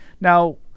now